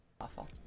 Awful